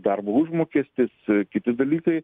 darbo užmokestis kiti dalykai